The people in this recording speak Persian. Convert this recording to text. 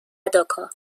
داکا